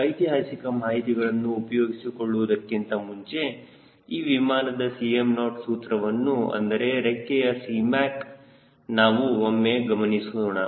ಐತಿಹಾಸಿಕ ಮಾಹಿತಿಗಳನ್ನು ಉಪಯೋಗಿಸಿಕೊಳ್ಳುವುದಕ್ಕಿಂತ ಮುಂಚೆ ಈ ವಿಮಾನದ Cm0 ಸೂತ್ರವನ್ನು ಅಂದರೆ ರೆಕ್ಕೆಯ Cmac ನಾವು ಒಮ್ಮೆ ಗಮನಿಸೋಣ